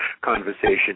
conversation